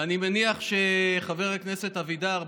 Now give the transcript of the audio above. ואני מניח שחבר הכנסת אבידר,